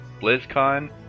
Blizzcon